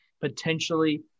potentially